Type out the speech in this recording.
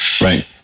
Right